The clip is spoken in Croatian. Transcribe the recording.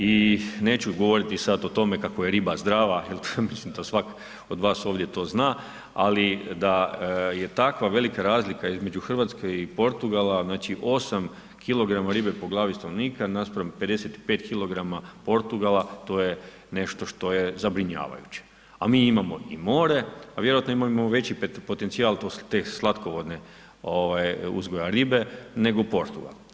I neću govoriti sada o tome kako je riba zdrava, jel mislim to svak od vas ovdje to zna, ali da je takva velike razlika između Hrvatske i Portugala znači 8 kg ribe po glavi stanovnika naspram 55 kg Portugala to je nešto što je zabrinjavajuće, a mi imamo i more, a vjerojatno imamo veći potencijal te slatkovodne ovaj uzgoja ribe nego Portugal.